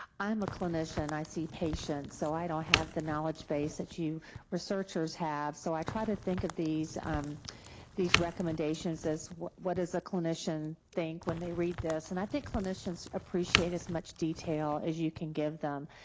i'm a clinician, i see patients, so i don't have the knowledge base that you researchers have. so i try to think of these um these recommendations as what what does a clinician think when they read this. and i think clinicians appreciate as much detail as you can give them.